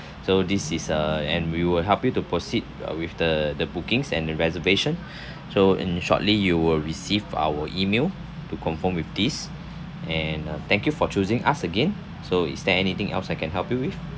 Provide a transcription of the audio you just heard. so this is uh and we will help you to proceed uh with the the bookings and the reservation so and shortly you will receive our email to confirm with this and uh thank you for choosing us again so is there anything else I can help you with